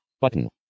Button